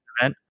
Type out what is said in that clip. event